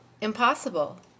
impossible